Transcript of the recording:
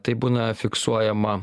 tai būna fiksuojama